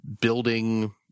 building